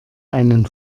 einen